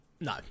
no